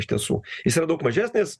iš tiesų jis yra daug mažesnis